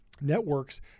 networks